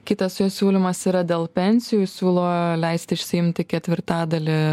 kitas jo siūlymas yra dėl pensijų siūlo leisti išsiimti ketvirtadalį